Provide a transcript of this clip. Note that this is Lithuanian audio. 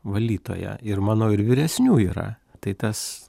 valytoja ir manau ir vyresnių yra tai tas